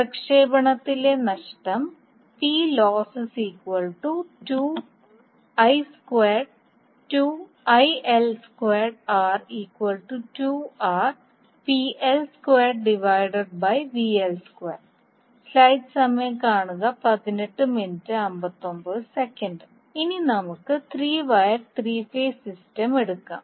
പ്രക്ഷേപണത്തിലെ നഷ്ടം ഇനി നമുക്ക് 3 വയർ ത്രീ ഫേസ് സിസ്റ്റം എടുക്കാം